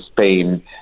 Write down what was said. Spain